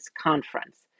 Conference